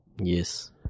Yes